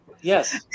Yes